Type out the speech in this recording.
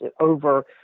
over